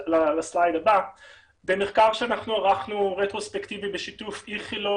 במחקר שערכנו רטרוספקטיבי בשיתוף איכילוב